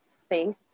space